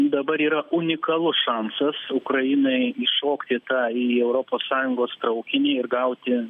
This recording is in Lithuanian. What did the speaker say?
dabar yra unikalus šansas ukrainai įšokti į tą į europos sąjungos traukinį ir gauti